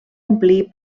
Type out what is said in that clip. omplir